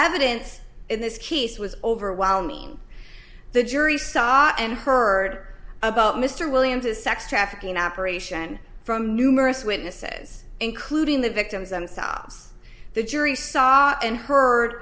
evidence in this case was overwhelming the jury saw and heard about mr williams a sex trafficking operation from numerous witnesses including the victims themselves the jury saw and heard